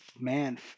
man